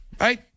Right